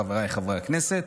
חבריי חברי הכנסת.